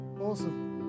Awesome